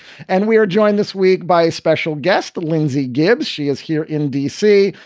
and we are joined this week by a special guest, lindsay gibbs. she is here in d c.